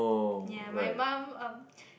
ya my mum um